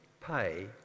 pay